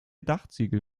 dachziegel